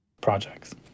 projects